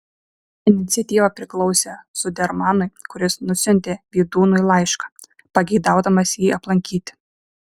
iniciatyva priklausė zudermanui kuris nusiuntė vydūnui laišką pageidaudamas jį aplankyti